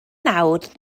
nawr